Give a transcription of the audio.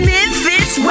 Memphis